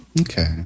okay